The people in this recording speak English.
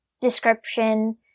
description